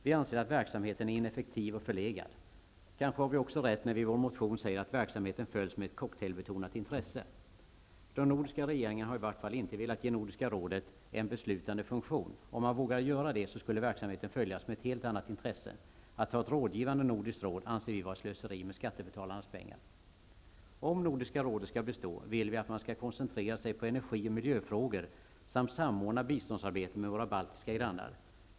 Vi anser att verksamheten är ineffektiv och förlegad. Kanske har vi också rätt när vi i vår motion 1991/92:U305 säger att verksamheten följs med ett cocktailbetonat intresse. De nordiska regeringarna har i vart fall inte velat ge Nordiska rådet en beslutande funktion. Om man vågade göra det skulle verksamheten följas med ett helt annat intresse. Att ha ett rådgivande nordiskt råd anser vi vara slöseri med skattebetalarnas pengar. Om Nordiska rådet skall bestå vill vi att man skall koncentrera sig på energi och miljöfrågor samt samordna biståndsarbetet med våra baltiska grannar.